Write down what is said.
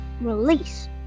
release